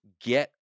get